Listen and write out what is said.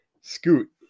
Scoot